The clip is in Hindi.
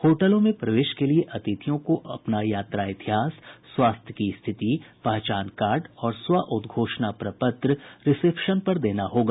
होटलों में प्रवेश के लिए अतिथियों को अपना यात्रा इतिहास स्वास्थ्य की स्थिति पहचान कार्ड और स्व उद्घोषणा प्रपत्र रिसेप्शन पर देना होगा